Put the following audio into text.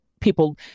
People